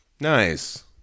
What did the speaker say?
nice